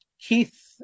Keith